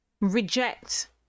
reject